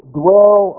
dwell